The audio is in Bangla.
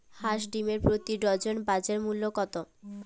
হাঁস ডিমের প্রতি ডজনে বাজার মূল্য কত?